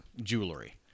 jewelry